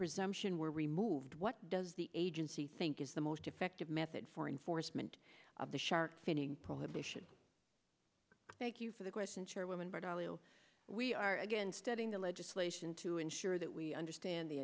presumption were removed what does the agency think is the most effective method for enforcement of the shark finning prohibition thank you for the question chairwoman but we are against adding the legislation to ensure that we understand the